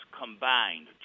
combined